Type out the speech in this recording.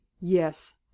Yes